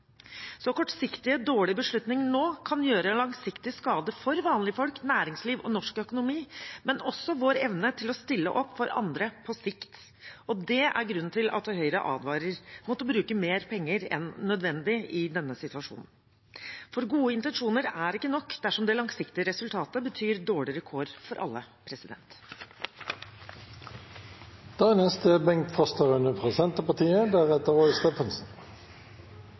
dårlig beslutning nå kan gjøre langsiktig skade for vanlige folk, næringsliv og norsk økonomi, men også for vår evne til å stille opp for andre på sikt. Og det er grunnen til at Høyre advarer mot å bruke mer penger enn nødvendig i denne situasjonen, for gode intensjoner er ikke nok dersom det langsiktige resultatet betyr dårligere kår for alle.